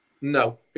No